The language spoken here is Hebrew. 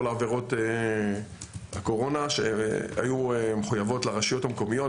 עבירות הקורונה שהיו מחויבויות לרשויות המקומיות,